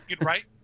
right